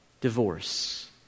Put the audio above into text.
divorce